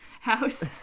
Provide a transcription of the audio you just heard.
house